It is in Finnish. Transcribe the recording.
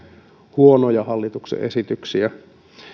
huonoja hallituksen esityksiä